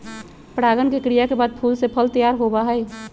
परागण के क्रिया के बाद फूल से फल तैयार होबा हई